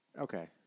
Okay